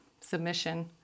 submission